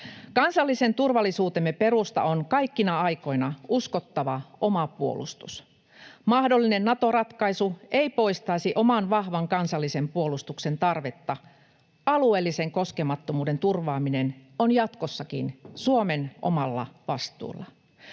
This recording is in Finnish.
Kansallisen turvallisuutemme perusta on kaikkina aikoina uskottava oma puolustus. Mahdollinen Nato-ratkaisu ei poistaisi oman vahvan kansallisen puolustuksen tarvetta. Alueellisen koskemattomuuden turvaaminen on jatkossakin Suomen omalla vastuulla.